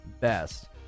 best